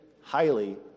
highly